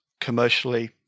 commercially